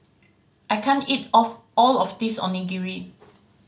I can't eat of all of this Onigiri